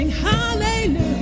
hallelujah